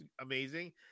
amazing